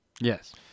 Yes